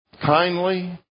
kindly